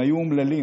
הם היו אומללים,